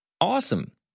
Awesome